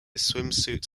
swimsuit